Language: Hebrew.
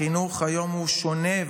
החינוך היום שונה,